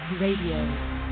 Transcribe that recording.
Radio